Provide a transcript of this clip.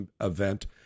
event